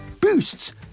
boosts